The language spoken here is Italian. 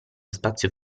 spazio